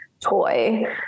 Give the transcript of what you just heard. toy